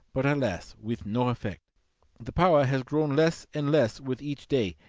but alas! with no effect the power has grown less and less with each day,